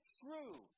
true